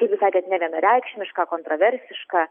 kaip jūs sakėt nevienareikšmišką kontroversišką